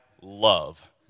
love